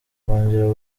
kongera